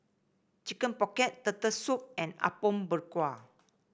Chicken Pocket Turtle Soup and Apom Berkuah